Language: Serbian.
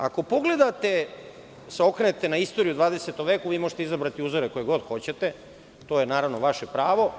Ako pogledate, ako se okrenete na istoriju u 20. veku, vi možete izabrati uzorak koji god hoćete, to je naravno vaše pravo.